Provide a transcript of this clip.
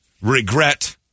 regret